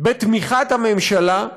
בתמיכת הממשלה.